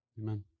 Amen